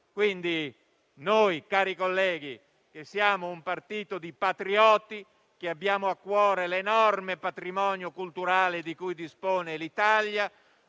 Quindi noi, cari colleghi, che siamo un partito di patrioti, abbiamo a cuore l'enorme patrimonio culturale di cui dispone l'Italia.